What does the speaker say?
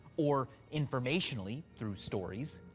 or informationally, through stories,